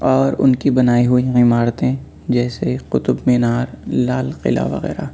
اور ان کی بنائی ہوئی عمارتیں جیسے قطب مینار لال قلعہ وغیرہ